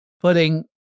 putting